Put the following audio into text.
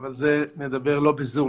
אבל על זה נדבר לא בזום.